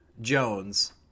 jones